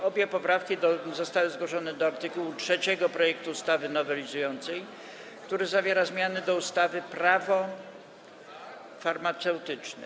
Obie poprawki zostały zgłoszone do art. 3 projektu ustawy nowelizującej, który zawiera zmiany do ustawy Prawo farmaceutyczne.